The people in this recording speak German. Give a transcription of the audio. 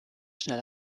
schnell